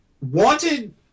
wanted